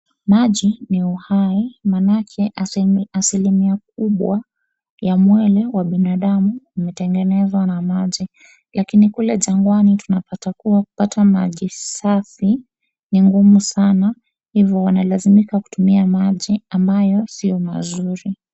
Maji ni uhai maanake asilimia kubwa ya mwili wa binadamu umetengenezwa na maji. Lakini kule jangwani tunapata kuwa kupata maji safi ni ngumu sana hivyo wanalazimika kutumia maji ambayo sio mazuri.